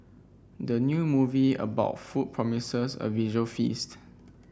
the new movie about food promises a visual feast